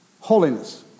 Holiness